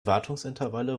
wartungsintervalle